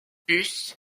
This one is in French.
bus